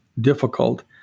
difficult